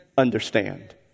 understand